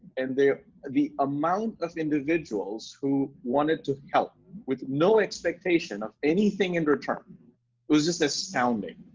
and the the amount of individuals who wanted to help with no expectation of anything in return, it was just astounding,